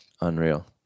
Unreal